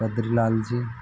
Badrilal जी